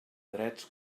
drets